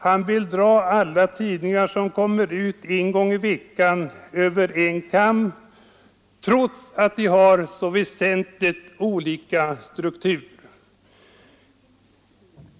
Han vill dra alla tidningar som kommer ut en gång i veckan över en kam, trots att de har så väsentligt olika struktur.